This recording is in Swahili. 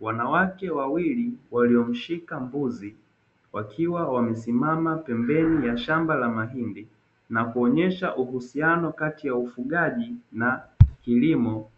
Wanawake wawili waliomshika mbuzi wakiwa wamesimama pembeni ya shamba la mahindi, na kuonyesha uhusiano kati ya ufugaji na kilimo